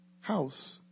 house